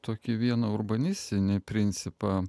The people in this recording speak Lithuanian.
tokį vieną urbanistinį principą